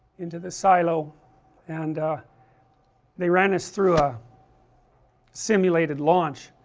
into the silo and they ran us through a simulated launch,